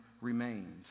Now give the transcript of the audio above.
remained